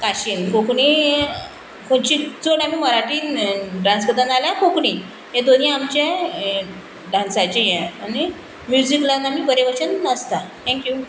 Kashin Konkani खंयची चड आमी मराठीन डांस करता ना जाल्यार कोंकणी हे दोनी आमचे डांसाचे हें आनी म्युजीक लावन आमी बरे भाशेन नाचता थँक्यू